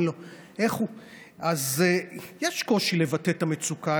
אז יש קושי לבטא את המצוקה,